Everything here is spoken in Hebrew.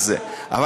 לא היו מצביעים פה.